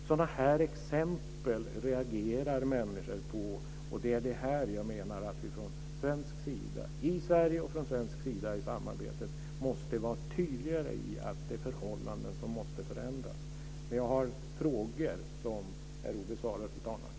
Sådana här exempel reagerar människor på. Jag menar att vi i Sverige och från svensk sida i samarbete måste vara tydligare och visa att det är förhållanden som måste förändras. Jag har frågor som är obesvarade, fru talman.